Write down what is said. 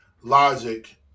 logic